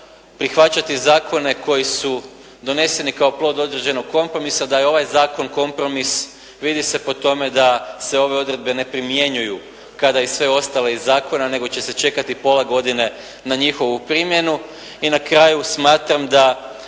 prihvaćati zakone koji su doneseni kao plod određenog kompromisa. Da je ovaj zakon kompromis vidi se po tome da se ove odredbe ne primjenjuju kada i sve ostale iz zakona, nego će se čekati pola godine na njihovu primjenu. I na kraju smatram da